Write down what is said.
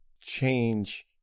change